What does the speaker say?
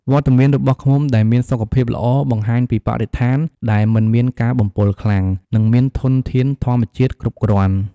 វត្តមានរបស់ឃ្មុំដែលមានសុខភាពល្អ បង្ហាញពីបរិស្ថានដែលមិនមានការបំពុលខ្លាំង និងមានធនធានធម្មជាតិគ្រប់គ្រាន់។